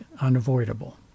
unavoidable